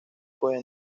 puede